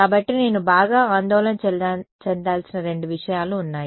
కాబట్టి నేను బాగా ఆందోళన చెందాల్సిన రెండు విషయాలు ఉన్నాయి